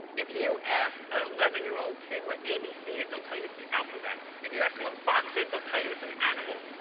if you ask an eleven year old kid what abc is, they'll tell you the alphabet. if you ask them what fox is, they'll tell you it's an animal.